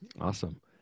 Awesome